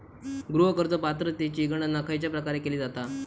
गृह कर्ज पात्रतेची गणना खयच्या प्रकारे केली जाते?